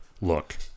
look